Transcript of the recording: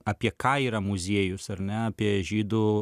apie ką yra muziejus ar ne apie žydų